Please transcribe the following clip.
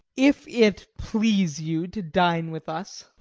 if it please you to dine with us.